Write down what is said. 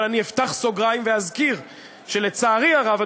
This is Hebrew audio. אבל אני אפתח סוגריים ואזכיר שלצערי הרב,